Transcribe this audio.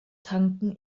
tanken